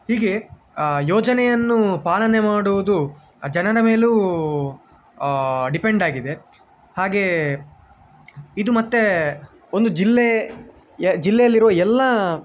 ಹೀಗೆ ಯೋಜನೆಯನ್ನು ಪಾಲನೆ ಮಾಡುವುದು ಜನರ ಮೇಲೂ ಡಿಪೆಂಡ್ ಆಗಿದೆ ಹಾಗೇ ಇದು ಮತ್ತೆ ಒಂದು ಜಿಲ್ಲೆಯ ಜಿಲ್ಲೆಯಲ್ಲಿರುವ ಎಲ್ಲ